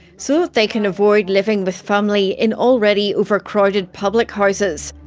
so that they can avoid living with family in already overcrowded public houses.